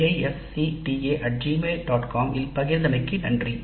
com இல் பகிர்ந்தமைக்கு நன்றி